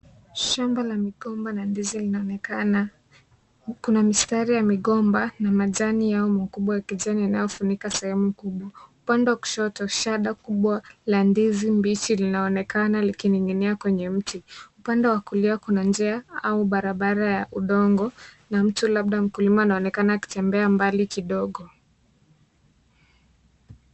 Shamba la migomba la ndizi linaonekana. Kuna mistari ya migomba na majani yao makubwa ya kijani inayofunika sehemu kubwa. Upande wa kushoto kuna shada kubwa la ndizi mbichi linaonekana likining'inia kwenye mti. Upande wa kulia kuna njia au barabara ya udongo na mtu, labda mkulima anaonekana akitembea mbali kidogo.